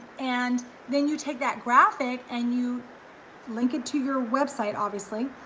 and then you take that graphic and you link it to your website obviously,